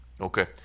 Okay